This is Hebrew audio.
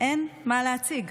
אין מה להציג.